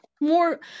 more